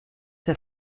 der